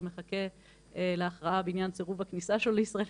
או מחכה להכרעה בעניין סירוב הכניסה שלו לישראל,